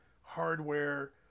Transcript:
Hardware